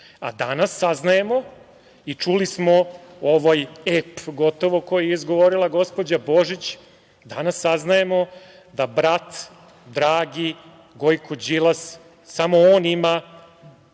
A danas saznajemo i čuli smo ovaj ep gotovo koji je izgovorila gospođa Božić, danas saznajemo da brat dragi Gojko Đilas, samo on ima